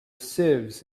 sieves